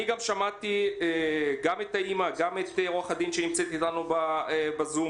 גם שמעתי את האימא ואת עורכת הדין שנמצאת איתנו בזום.